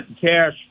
cash